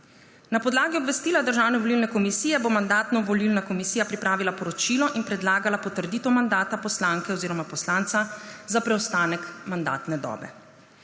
Na podlagi obvestila Državno-volilne komisije bo Mandatno-volilna komisija pripravila poročilo in predlagala potrditev mandata poslanke oziroma poslanca za preostanek mandatne dobe.